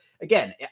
Again